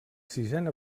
sisena